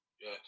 Yes